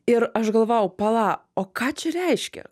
ir aš galvojau pala o ką čia reiškia